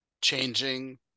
changing